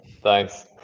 Thanks